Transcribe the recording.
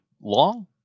Long